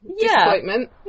disappointment